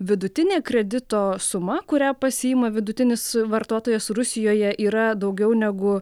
vidutinė kredito suma kurią pasiima vidutinis vartotojas rusijoje yra daugiau negu